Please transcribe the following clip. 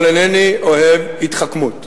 אבל אינני אוהב התחכמות.